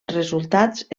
resultats